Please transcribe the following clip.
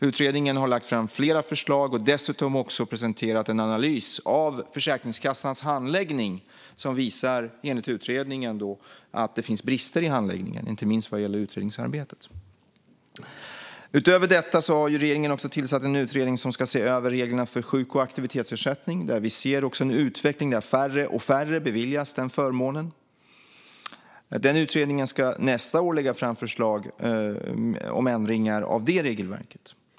Utredningen har dessutom presenterat en analys av Försäkringskassans handläggning och visat att det finns brister i denna, inte minst vad gäller utredningsarbetet. Utöver detta har regeringen tillsatt en utredning som ska se över reglerna för sjuk och aktivitetsersättning. Vi ser en utveckling där färre och färre beviljas den förmånen. Utredningen ska nästa år lägga fram förslag om ändringar av det regelverket.